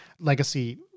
legacy